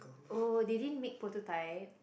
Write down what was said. oh they didn't make prototype